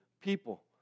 people